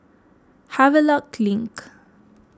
Havelock Link